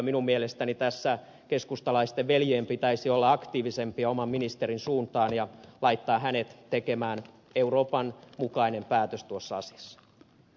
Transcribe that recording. minun mielestäni tässä keskustalaisten veljien pitäisi olla aktiivisempia oman ministerinsä suuntaan ja laittaa hänet tekemään euroopan mukainen päätös tuossa asiassa